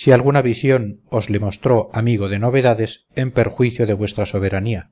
si alguna visión os le mostró amigo de novedades en perjuicio de vuestra soberanía